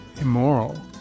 immoral